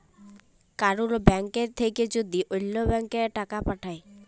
কারুর ব্যাঙ্ক থাক্যে যদি ওল্য ব্যাংকে টাকা পাঠায়